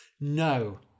No